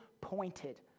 pointed